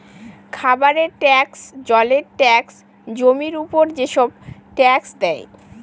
খাবারের ট্যাক্স, জলের ট্যাক্স, জমির উপর যেসব ট্যাক্স দেয়